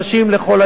לכל היותר,